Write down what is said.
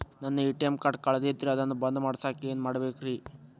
ನನ್ನ ATM card ಕಳದೈತ್ರಿ ಅದನ್ನ ಬಂದ್ ಮಾಡಸಾಕ್ ಏನ್ ಮಾಡ್ಬೇಕ್ರಿ?